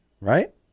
right